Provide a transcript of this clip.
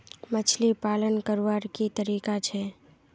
मछली पालन करवार की तरीका छे?